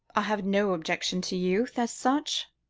i have no objection to youth, as such,